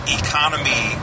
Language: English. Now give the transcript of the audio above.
economy